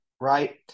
Right